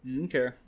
Okay